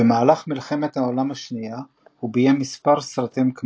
במהלך מלחמת העולם השנייה הוא ביים מספר סרטים,